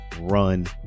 run